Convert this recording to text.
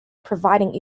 providing